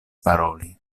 paroli